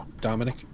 Dominic